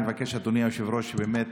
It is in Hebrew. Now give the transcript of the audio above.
אני מבקש, אדוני היושב-ראש, באמת